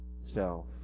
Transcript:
self